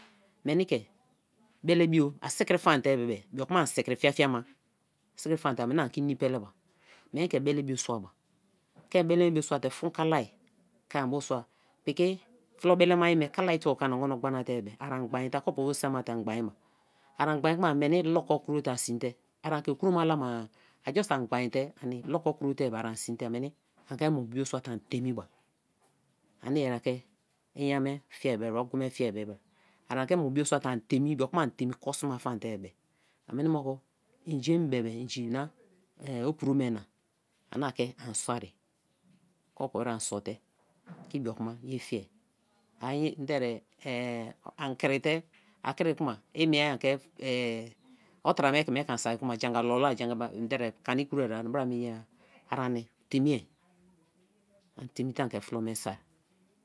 ̱̣Menike belebio asikri famate bebe, ibiokuma ani sikri fiafiama asikri famate bebe a meni ani ke eni peleba menike belebio suaba ke bele me bio suate fon kalie ke ani bio sua piki fulo belemayeme kalai tubo-o ke aniogono gbana te bebe ari gbante ake opubio semate an gbanba, ari gban kuma an meni luko krote a sinte, ari anike kroma alama-a a just an gbante ani luko krote-ari sinte a̱ meni anike mombu bio suate an temeba ani yeri ake eyan me fia ba̱rí bra ogu me fia be bra arike mombu suate a teme ibiokuma ani teme kosima faate bebe amini moku inji emi bebe inji na opro me na ani lake a sau ri ke okon weri ano saute ke ibioku ye fiari ye a e ye enderi an krite a kri kuma e mie anike otra me ke an saki kuma janga lo-lo janga kani kro an bra me ye-a ari an temie ān an ke, flo me sau.